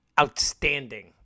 outstanding